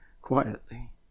quietly